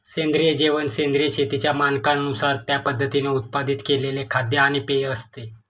सेंद्रिय जेवण सेंद्रिय शेतीच्या मानकांनुसार त्या पद्धतीने उत्पादित केलेले खाद्य आणि पेय असते